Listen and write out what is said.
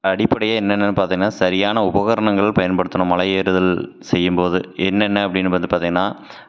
அடிப்படையே என்னென்னன்னு பார்த்தீன்னா சரியான உபகரணங்கள் பயன்படுத்தணும் மலை ஏறுதல் செய்யும்போது என்னென்ன அப்படின்னு வந்து பார்த்தீங்கன்னா